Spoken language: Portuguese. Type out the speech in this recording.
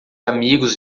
amigos